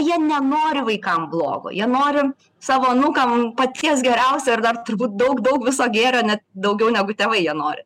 jie nenori vaikam blogo jie nori savo anūkam paties geriausio ir dar turbūt daug daug viso gėrio net daugiau negu tėvai jie nori